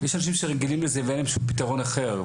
יש אנשים שרגילים לזה ואין להם שום פתרון אחר.